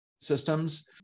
systems